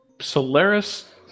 Solaris